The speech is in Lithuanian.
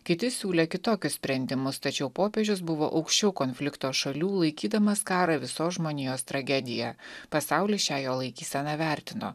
kiti siūlė kitokius sprendimus tačiau popiežius buvo aukščiau konflikto šalių laikydamas karą visos žmonijos tragedija pasaulis šią jo laikyseną vertino